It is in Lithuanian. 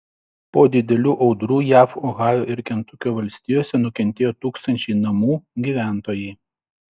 po didelių audrų jav ohajo ir kentukio valstijose nukentėjo tūkstančiai namų gyventojai